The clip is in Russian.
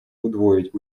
удвоить